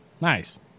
Nice